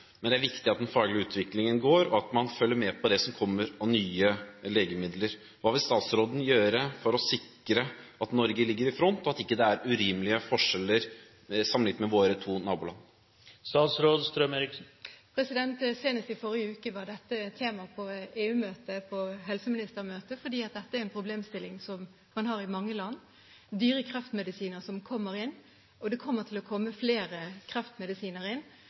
men det er viktig at den faglige utviklingen går sin gang, og at man følger med på det som kommer av nye legemidler. Hva vil statsråden gjøre for å sikre at Norge ligger i front, og at det ikke er urimelige forskjeller, sammenliknet med våre to naboland? Senest i forrige uke var dette et tema på et EU-møte og på et helseministermøte, fordi dette er en problemstilling som man har i mange land, med dyre kreftmedisiner som kommer inn, og det kommer til å komme flere kreftmedisiner inn.